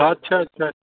हा अछा अछा